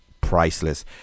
priceless